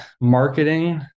marketing